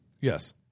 Yes